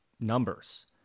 numbers